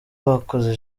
abakoze